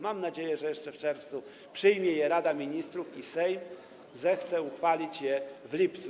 Mam nadzieję, że jeszcze w czerwcu przyjmie je Rada Ministrów i Sejm zechce uchwalić je w lipcu.